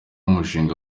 umushinga